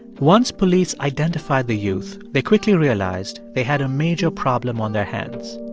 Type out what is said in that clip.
once police identified the youth, they quickly realized they had a major problem on their hands.